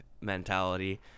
mentality